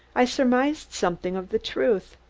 i surmised something of the truth.